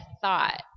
thought